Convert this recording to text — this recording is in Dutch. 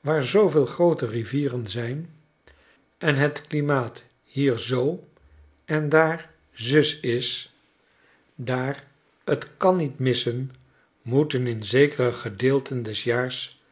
waar zooveel groote rivieren zijn en het klimaat hier zoo en daar zus is daar t kan niet missen moeten in zekere gedeelten des jaars